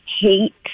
hate